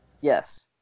yes